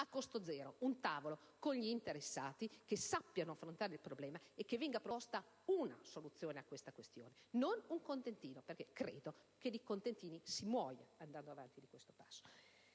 a costo zero, un tavolo con gli interessati per affrontare il problema e che venga proposta una soluzione a tale questione: non un contentino, perché credo che di contentini si muoia, andando avanti di questo passo.